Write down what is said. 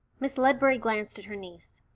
miss ledbury glanced at her niece.